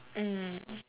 mm